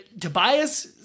Tobias